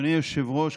אדוני היושב-ראש,